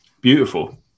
Beautiful